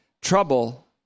trouble